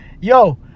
yo